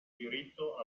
diritto